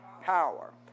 Power